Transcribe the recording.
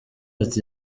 ati